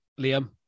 Liam